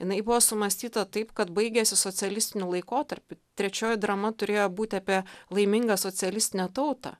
jinai buvo sumąstyta taip kad baigėsi socialistiniu laikotarpiu trečioji drama turėjo būti apie laimingą socialistinę tautą